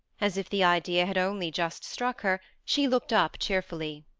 as if the idea had only just struck her, she looked up cheerfully.